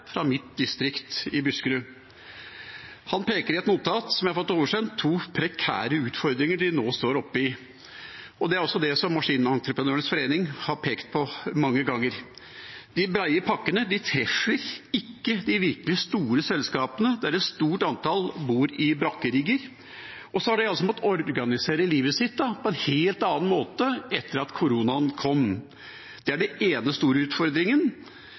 fra mitt distrikt i Buskerud. I et notat som jeg har fått oversendt, peker han på to prekære utfordringer de nå står oppe i. Det er det som Maskinentreprenørenes Forbund har pekt på mange ganger. De brede pakkene treffer ikke de virkelig store selskapene, der et stort antall bor i brakkerigger. De har måttet organisere livet sitt på en helt annen måte etter at koronaen kom. Det er den ene store utfordringen.